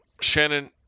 Shannon